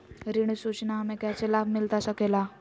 ऋण सूचना हमें कैसे लाभ मिलता सके ला?